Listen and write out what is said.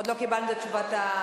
רגע, עוד לא קיבלנו את תשובת המציעים.